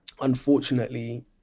unfortunately